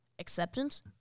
acceptance